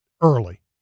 early